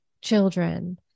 children